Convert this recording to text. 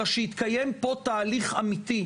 אלא שיתקיים פה תהליך אמיתי,